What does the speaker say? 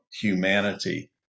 humanity